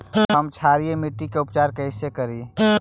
हम क्षारीय मिट्टी के उपचार कैसे करी?